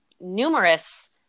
numerous